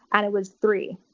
and it was three.